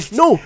no